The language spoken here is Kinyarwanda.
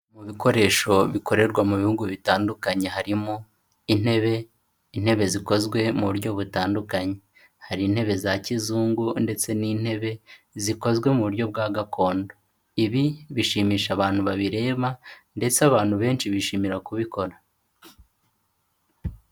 Mu bikoresho bikorerwa mu bihugu bitandukanye; harimo intebe, intebe zikozwe mu buryo butandukanye, hari intebe za kizungu ndetse n'intebe zikozwe mu buryo bwa gakondo, ibi bishimisha abantu babireba ndetse abantu benshi bishimira kubikora.